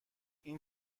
این